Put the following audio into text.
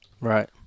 Right